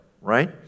right